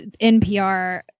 NPR